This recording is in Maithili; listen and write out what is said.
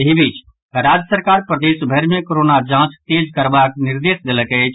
एहि बीच राज्य सरकार प्रदेश भरि मे कोरोना जांच तेज करबाक निर्देश देलक अछि